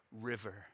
river